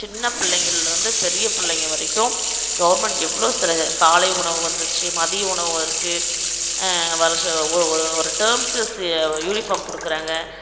சின்ன பிள்ளைங்கள்லருந்து பெரிய பிள்ளைங்க வரைக்கும் கவுர்மெண்ட் எவ்வளோ சலுகை காலை உணவு வந்துருச்சு மதிய உணவு இருக்குது வர்ஷம் ஒரு ஒரு ஒரு டேர்ம்க்கு யூனிஃபார்ம் கொடுக்குறாங்க